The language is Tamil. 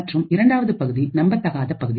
மற்றும் இரண்டாவது பகுதி நம்பத்தகாத பகுதி